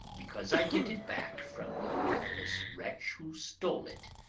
because i get it back from the worthless wretch who stole it,